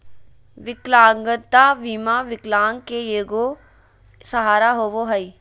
विकलांगता बीमा विकलांग के एगो सहारा होबो हइ